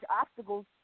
obstacles